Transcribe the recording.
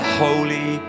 holy